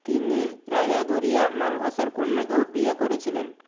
তিনি রাজা দরিয়া মালভাসের কন্যাকেও বিয়ে করেছিলেন